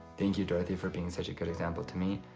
thank you dorthy for being such a good example to me.